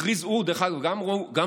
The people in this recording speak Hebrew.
הכריז, הוא, דרך אגב, גם הוא,